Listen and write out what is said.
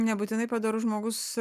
nebūtinai padorus žmogus